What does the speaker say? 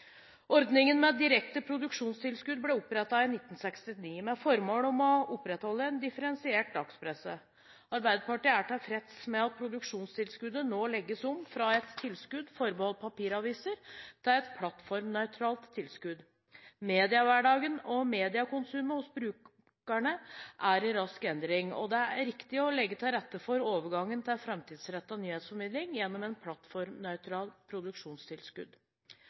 Ordningen med direkte produksjonstilskudd ble opprettet i 1969, med formål å opprettholde en differensiert dagspresse. Arbeiderpartiet er tilfreds med at produksjonstilskuddet nå legges om fra et tilskudd forbeholdt papiraviser, til et plattformnøytralt tilskudd. Mediehverdagen og mediekonsumet hos brukerne er i rask endring, og det er riktig å legge til rette for overgangen til en framtidsrettet nyhetsformidling gjennom et plattformnøytralt produksjonstilskudd.